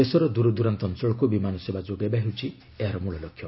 ଦେଶର ଦରଦରାନ୍ତ ଅଞ୍ଚଳକୁ ବିମାନ ସେବା ଯୋଗାଇବା ହେଉଛି ଏହାର ମୂଳ ଲକ୍ଷ୍ୟ